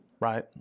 right